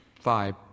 five